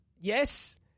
yes